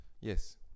yes